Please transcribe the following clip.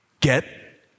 get